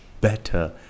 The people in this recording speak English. better